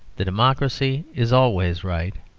the democracy is always right.